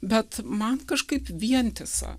bet man kažkaip vientisa